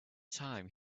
time